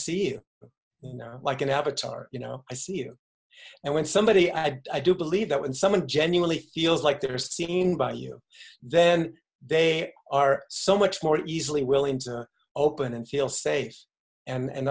see you know like an avatar you know i see you and when somebody add i do believe that when someone genuinely feels like they are seen by you then they are so much more easily willing to open and feel safe and